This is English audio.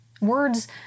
Words